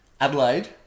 Adelaide